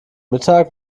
mittag